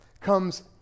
comes